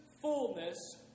fullness